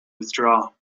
withdraw